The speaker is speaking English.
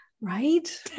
Right